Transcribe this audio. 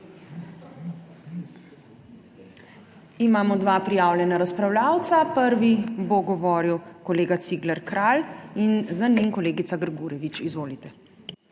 Imamo dva prijavljena razpravljavca, prvi bo govoril kolega Cigler Kralj in za njim kolegica Grgurevič. Izvolite.